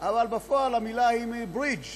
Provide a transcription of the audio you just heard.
אבל בפועל המילה היא מ-bridge,